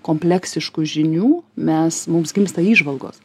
kompleksiškų žinių mes mums gimsta įžvalgos